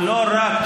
לא רק.